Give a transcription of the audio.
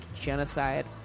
genocide